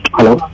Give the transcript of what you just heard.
Hello